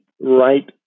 right